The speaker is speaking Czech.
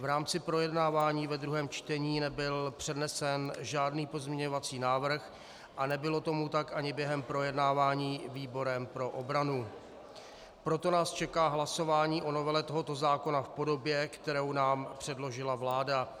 V rámci projednávání ve druhém čtení nebyl přednesen žádný pozměňovací návrh a nebylo tomu tak ani během projednávání výborem pro obranu, proto nás čeká hlasování o novele tohoto zákona v podobě, kterou nám předložila vláda.